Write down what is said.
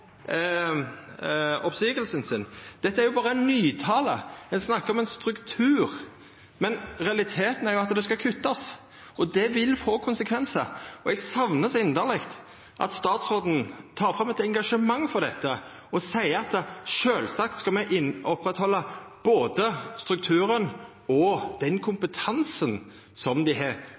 Dette er jo berre nytale. Ein snakkar om ein struktur, men realiteten er at det skal kuttast, og det vil få konsekvensar. Eg saknar så inderleg at statsråden tek fram eit engasjement for dette og seier at sjølvsagt skal me oppretthalda både strukturen og den kompetansen som dei har,